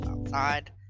outside